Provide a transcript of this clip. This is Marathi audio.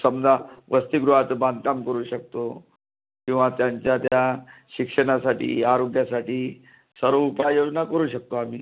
समजा वसतीगृहाचं बांधकाम करू शकतो किंवा त्यांच्या ज्या शिक्षणासाठी आरोग्यासाठी सर्व उपाययोजना करू शकतो आम्ही